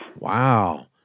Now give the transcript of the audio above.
Wow